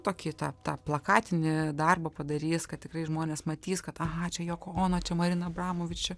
tokį tą tą plakatinį darbą padarys kad tikrai žmonės matys kad aha čia joko ono čia marina abramovič čia